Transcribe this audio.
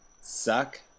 suck